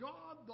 God